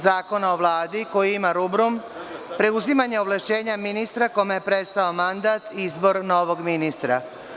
Zakona o Vladi koji ima rubrum preuzimanja ovlašćenja ministra kome je prestao mandat, izbor novog ministra?